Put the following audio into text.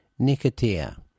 Nicotia